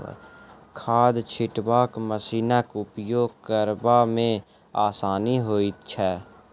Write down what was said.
खाद छिटबाक मशीनक उपयोग करबा मे आसानी होइत छै